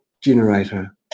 generator